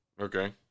Okay